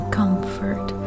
comfort